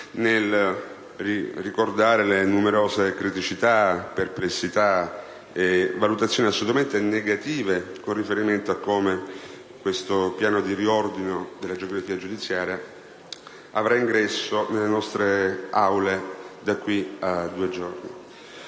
nel ricordare le numerose criticità, perplessità e valutazioni assolutamente negative riferite a come questo piano di riordino della geografia giudiziaria avrà ingresso nelle nostre aule da qui a due giorni.